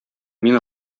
мин